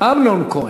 אמנון כהן,